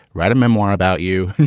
write a memoir about you,